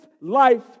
life